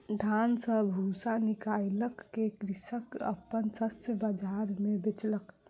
धान सॅ भूस्सा निकाइल के कृषक अपन शस्य बाजार मे बेचलक